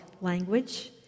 language